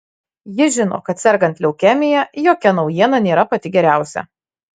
ji žino kad sergant leukemija jokia naujiena nėra pati geriausia